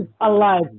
alive